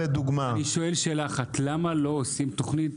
שואל שאלה אחת: למה לא עושים תכנית